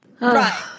Right